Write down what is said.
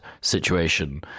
situation